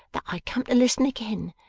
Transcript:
that i come to listen again,